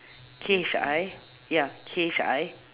K H I ya K H I